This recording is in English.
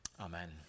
Amen